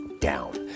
down